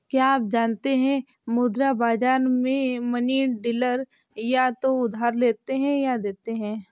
क्या आप जानते है मुद्रा बाज़ार में मनी डीलर या तो उधार लेते या देते है?